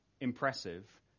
impressive